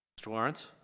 mr. lawrence?